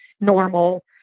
normal